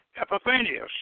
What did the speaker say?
Epiphanius